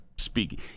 speaking